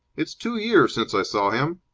it's two years since i saw him.